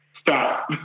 stop